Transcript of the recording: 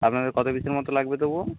আপনাদের কতো কেজির মতো লাগবে তবুও